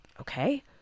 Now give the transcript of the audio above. Okay